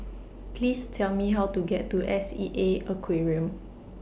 Please Tell Me How to get to S E A Aquarium